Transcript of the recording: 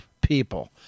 people